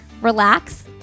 relax